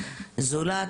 זולת,